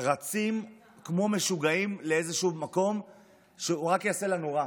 רצים כמו משוגעים לאיזשהו מקום שהוא רק יעשה לנו רע,